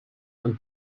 and